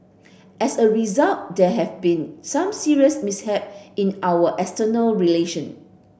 as a result there have been some serious mishap in our external relation